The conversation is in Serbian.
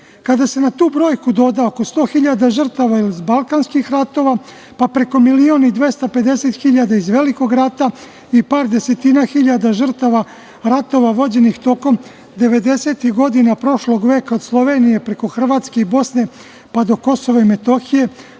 Kada se na tu brojku doda oko 100.000 žrtava iz balkanskih ratova, pa preko 1.250.000 iz Velikog rata i par desetina hiljada žrtava ratova vođenih tokom devedesetih godina prošlog veka, od Slovenije, preko Hrvatske i Bosne, pa do Kosova i Metohije,